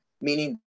meaning